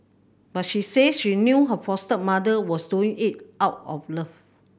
but she said she knew her foster mother was doing it out of love